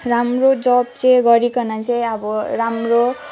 राम्रो जब चाहिँ गरिकन चाहिँ अब राम्रो